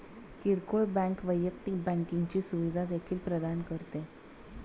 किरकोळ बँक वैयक्तिक बँकिंगची सुविधा देखील प्रदान करते